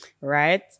right